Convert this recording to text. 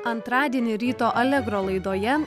antradienį ryto alegro laidoje